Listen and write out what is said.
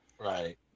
Right